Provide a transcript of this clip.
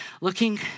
Looking